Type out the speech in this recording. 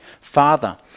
Father